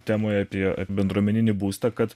temoje apie apie bendruomeninį būstą kad